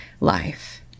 life